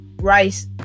rice